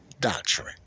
doctrine